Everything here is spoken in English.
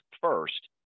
first